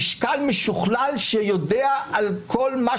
חבר הכנסת רון כץ ואחריו חבר הכנסת משה